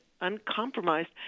uncompromised